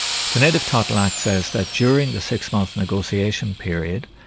the native title act says that during the six month negotiation period,